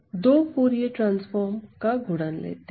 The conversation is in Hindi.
दो फूरिये ट्रांसफॉर्म का गुणन लेते हैं